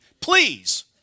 please